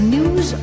News